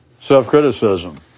self-criticism